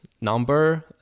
number